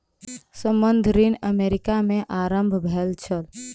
संबंद्ध ऋण अमेरिका में आरम्भ भेल छल